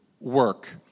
work